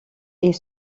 est